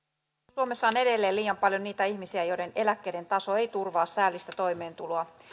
suomessa on edelleen liian paljon niitä ihmisiä joiden eläkkeiden taso ei turvaa säällistä toimeentuloa